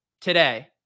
today